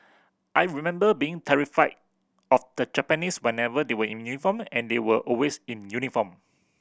I remember being terrified of the Japanese whenever they were in uniform and they were always in uniform